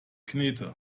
knete